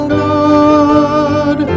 good